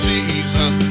Jesus